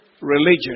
religion